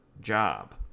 job